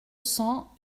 cents